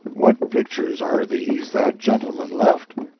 what pictures are these that gentleman left?